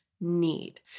need